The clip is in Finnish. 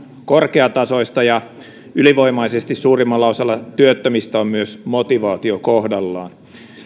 korkeatasoista ja ylivoimaisesti suurimmalla osalla työttömistä on myös motivaatio kohdallaan